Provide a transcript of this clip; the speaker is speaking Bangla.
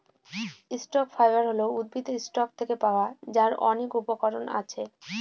স্টক ফাইবার হল উদ্ভিদের স্টক থেকে পাওয়া যার অনেক উপকরণ আছে